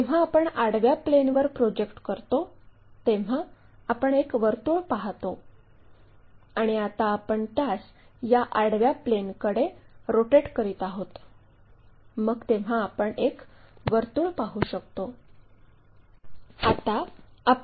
जेव्हा आपण आडव्या प्लेनवर प्रोजेक्ट करतो तेव्हा आपण एक वर्तुळ पाहतो आणि आता आपण त्यास या आडव्या प्लेनकडे रोटेट करीत आहोत मग तेव्हा आपण एक वर्तुळ पाहू शकतो